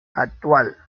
actual